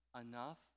enough